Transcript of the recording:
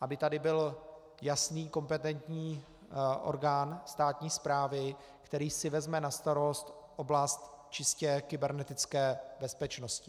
aby tady byl jasný kompetentní orgán státní správy, který si vezme na starost oblast čistě kybernetické bezpečnosti.